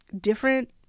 different